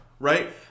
Right